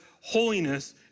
holiness